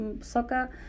soccer